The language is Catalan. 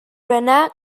berenar